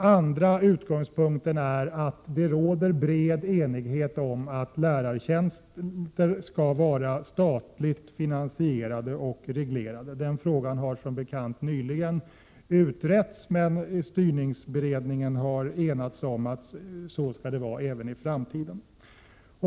Den andra utgångspunkten är att det råder bred enighet om att lärartjänster skall vara statligt finansierade och reglerade. Den frågan har som bekant nyligen utretts. Styrningsberedningen har enats om att det skall vara så även i framtiden.